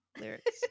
lyrics